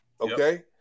Okay